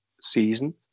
season